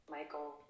Michael